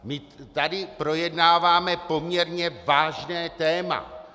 My tady projednáváme poměrně vážné téma.